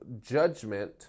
judgment